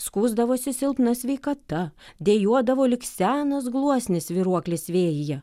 skųsdavosi silpna sveikata dejuodavo lyg senas gluosnis svyruoklis vėjyje